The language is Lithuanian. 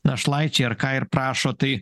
našlaičiai ar ką ir prašo tai